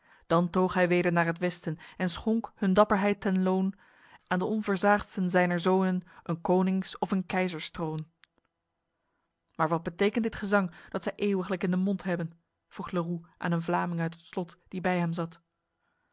dan toog hij weder naar het westen en schonk hun dapperheid ten loon aan d'onversaagdsten zijner zonen een konings of een keizerstroon maar wat betekent dit gezang dat zij eeuwiglijk in de mond hebben vroeg leroux aan een vlaming uit het slot die bij hem zat